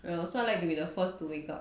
well so I like to be the first to wake up